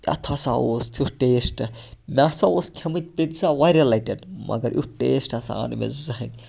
اَتھ ہَسا اوس تیُتھ ٹیسٹ مےٚ ہَسا اوس کھیٚمٕتۍ پِتزا واریاہ لَٹہِ مگر یُتھ ٹیسٹ ہَسا آو نہٕ مےٚ زٕہٕنۍ